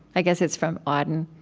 i guess it's from auden.